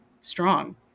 strong